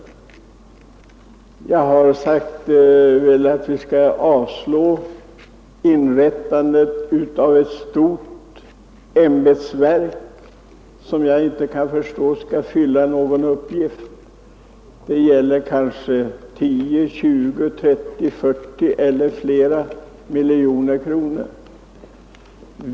Jag har sagt att vi skall avslå förslaget om inrättande av ett stort ämbetsverk — jag kan inte förstå att det kan fylla någon uppgift. Det gäller kanske 10, 20, 30, 40 eller fler miljoner kronor.